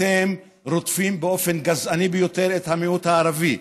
אתם רודפים באופן גזעני ביותר את המיעוט הערבי,